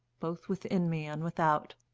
both within me and without.